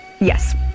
Yes